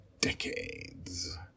decades